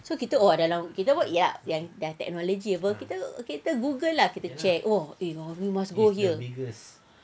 so kita oh dalam kita pun ya~ yang technology apa kita kita Google lah kita check oh you must go here